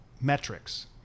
metrics